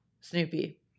Snoopy